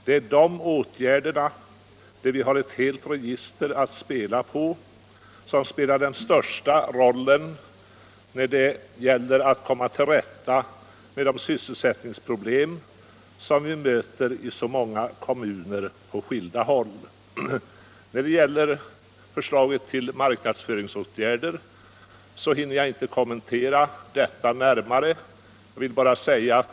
Det är alla dessa åtgärder, där vi har ett helt register att spela på, som har stor betydelse för att komma till rätta med sysselsättningsproblem som vi möter i så många kommuner på skilda håll. Jag hinner inte kommentera förslaget om marknadsföringsåtgärder närmare.